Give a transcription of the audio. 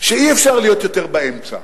שאי-אפשר להיות יותר באמצע,